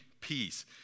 peace